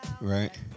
Right